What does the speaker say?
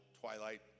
twilight